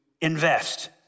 invest